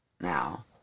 now